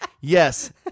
Yes